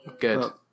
Good